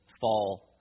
fall